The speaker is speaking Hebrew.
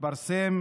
התפרסם